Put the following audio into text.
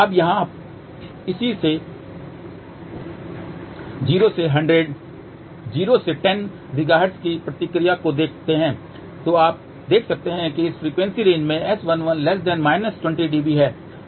अब यदि आप इसी 0 से 10 गीगाहर्ट्ज की प्रतिक्रिया को देखते हैं तो आप देख सकते हैं कि इस फ्रीक्वेंसी रेंज में S11 20 dB है